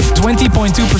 20.2%